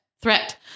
threat